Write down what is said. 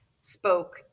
spoke